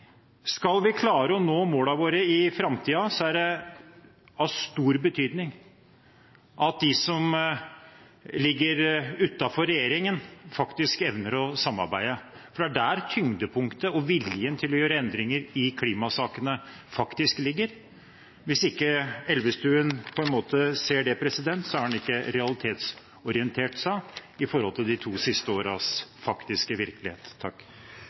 Skal vi klare å nå målene våre i framtiden, er det av stor betydning at de som er utenfor regjeringen, faktisk evner å samarbeide, for det er der tyngdepunktet og viljen til å gjøre endringer i klimasakene faktisk ligger. Hvis ikke Elvestuen ser det, har han ikke realitetsorientert seg i forhold til de to siste årenes faktiske virkelighet.